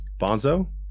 Bonzo